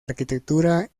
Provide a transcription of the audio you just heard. arquitectura